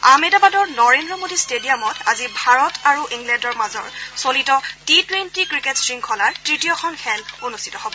আহমেদাবাদৰ নৰেন্দ্ৰ মোদী ষ্টেডিয়ামত আজি ভাৰত আৰু ইংলেণ্ডৰ মাজৰ চলিত টি টুৱেণ্টি ক্ৰিকেট শৃংখলাৰ তৃতীয়খন খেল অনুষ্ঠিত হ'ব